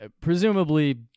presumably